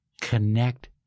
connect